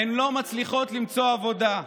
הן לא מצליחות למצוא עבודה,